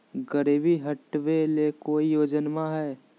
गरीबी हटबे ले कोई योजनामा हय?